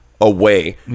away